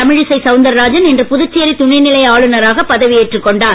தமிழிசை சவுந்தரராஜன் இன்று புதுச்சேரி துணைநிலை ஆளுனராக பதவி ஏற்றுக்கொண்டார்